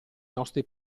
nostri